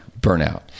burnout